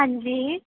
ਹਾਂਜੀ